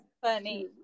funny